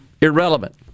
irrelevant